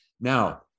Now